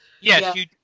Yes